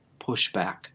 pushback